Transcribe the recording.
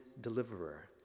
deliverer